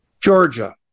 Georgia